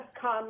come